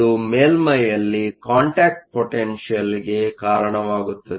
ಇದು ಮೇಲ್ಮೈಯಲ್ಲಿ ಕಾಂಟ್ಯಾಕ್ಟ್ ಪೊಟೆನ್ಷಿಯಲ್ಗೆ ಕಾರಣವಾಗುತ್ತದೆ